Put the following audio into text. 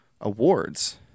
awards